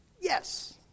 yes